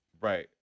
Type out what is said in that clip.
Right